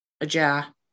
ajar